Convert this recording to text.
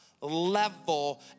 level